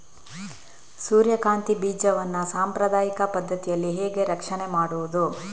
ಸೂರ್ಯಕಾಂತಿ ಬೀಜವನ್ನ ಸಾಂಪ್ರದಾಯಿಕ ಪದ್ಧತಿಯಲ್ಲಿ ಹೇಗೆ ರಕ್ಷಣೆ ಮಾಡುವುದು